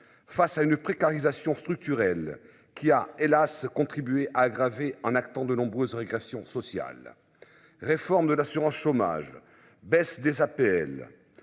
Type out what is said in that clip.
Face à une précarisation structurelle qui a hélas contribuer à aggraver en actant de nombreuses régressions sociales. Réforme de l'assurance chômage, baisse des APL.